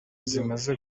zimaze